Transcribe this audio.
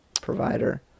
provider